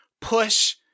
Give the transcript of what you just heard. push